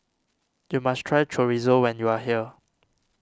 you must try Chorizo when you are here